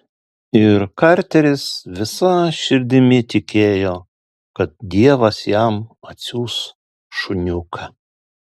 ir karteris visa širdimi tikėjo kad dievas jam atsiųs šuniuką